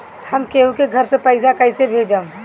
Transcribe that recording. हम केहु के घर से पैसा कैइसे भेजम?